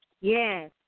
Yes